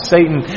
Satan